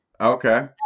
Okay